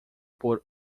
por